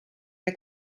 der